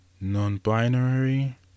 non-binary